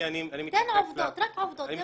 תן עובדות, רק עובדות.